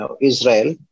Israel